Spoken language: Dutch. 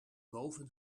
boven